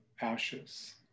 ashes